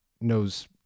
knows